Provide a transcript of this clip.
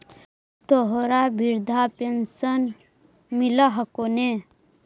तोहरा वृद्धा पेंशन मिलहको ने?